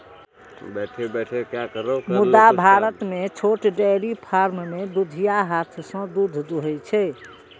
मुदा भारत मे छोट डेयरी फार्म मे दुधिया हाथ सं दूध दुहै छै